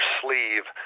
sleeve